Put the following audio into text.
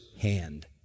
hand